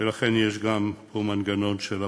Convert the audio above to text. ולכן יש פה גם מנגנון של אפוטרופוס.